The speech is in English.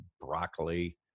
broccoli